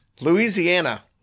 Louisiana